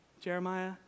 Jeremiah